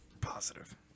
Positive